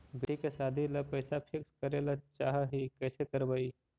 बेटि के सादी ल पैसा फिक्स करे ल चाह ही कैसे करबइ?